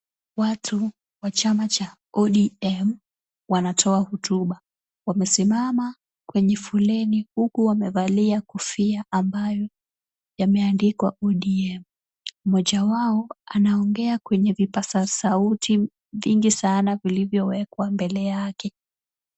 Watu wa chama cha ODM, wanatoa hutuba, wamesimama kwenye foleni kuu wamevalia kofia ambayo yameandikwa ODM. Mmoja wao anaongea kwenye vipaza sauti vingi sana vilivyo wekwa mbele yake.